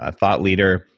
ah thought leader.